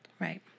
Right